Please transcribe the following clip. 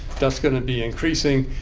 that's going to be increasing.